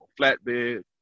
flatbed